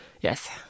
Yes